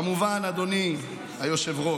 כמובן, אדוני היושב-ראש,